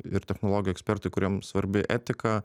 ir technologijų ekspertai kuriem svarbi etika